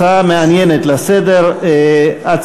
הצעה מעניינת לסדר-היום.